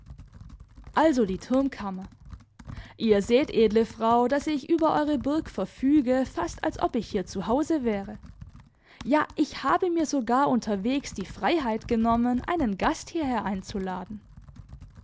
also die turmkammer ihr seht edle frau daß ich über eure burg verfüge fast als ob ich hier zu hause wäre ja ich habe mir sogar unterwegs die freiheit genommen einen gast hierher einzuladen